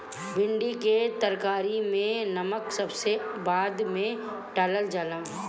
भिन्डी के तरकारी में नमक सबसे बाद में डालल जाला